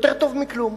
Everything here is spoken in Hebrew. יותר טוב מכלום.